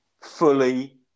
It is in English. Fully